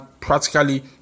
practically